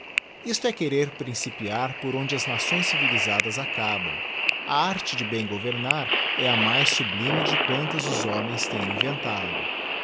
isto é querer principiar por onde as nações civilisadas acabam a arte de bem governar é a mais sublime de quantas os homens tem inventado